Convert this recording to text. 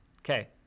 Okay